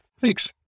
Thanks